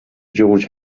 george